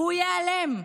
הוא ייעלם.